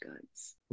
goods